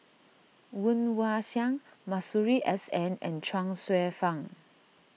Woon Wah Siang Masuri S N and Chuang Hsueh Fang